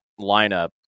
lineup